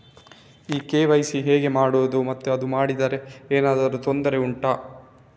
ಈ ಕೆ.ವೈ.ಸಿ ಹೇಗೆ ಮಾಡುವುದು ಮತ್ತು ಅದು ಮಾಡದಿದ್ದರೆ ಏನಾದರೂ ತೊಂದರೆ ಉಂಟಾ